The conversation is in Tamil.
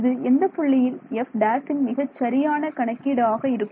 இது எந்த புள்ளியில் f′ன் மிகச்சரியான கணக்கீடு ஆக இருக்கும்